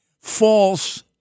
false